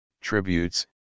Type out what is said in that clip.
tributes